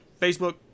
facebook